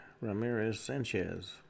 Ramirez-Sanchez